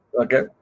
Okay